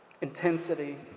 intensity